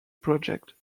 project